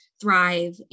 thrive